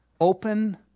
Open